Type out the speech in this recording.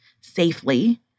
safely